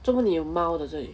做么你有猫的这里